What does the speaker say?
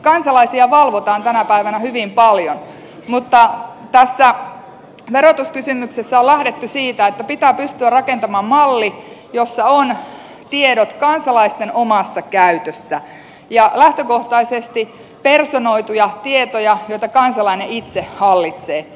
kansalaisia valvotaan tänä päivänä hyvin paljon mutta tässä verotuskysymyksessä on lähdetty siitä että pitää pystyä rakentamaan malli jossa tiedot ovat kansalaisten omassa käytössä ja lähtökohtaisesti personoituja tietoja joita kansalainen itse hallitsee